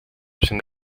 sind